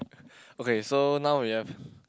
okay so now we have